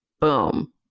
boom